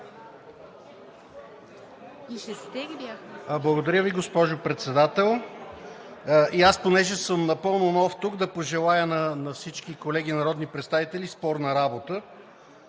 ГЕОРГИ ГАНЕВ (ДБ): Благодаря Ви, госпожо Председател. И аз, понеже съм напълно нов тук, да пожелая на всички колеги народни представители спорна работа.